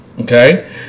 Okay